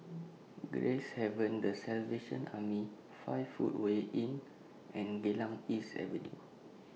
Gracehaven The Salvation Army five Footway Inn and Geylang East Avenue